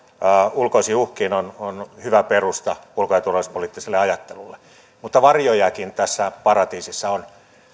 ulkoisiin uhkiin on on hyvä perusta ulko ja turvallisuuspoliittiselle ajattelulle mutta varjojakin tässä paratiisissa on